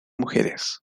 mujeres